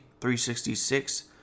366